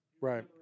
Right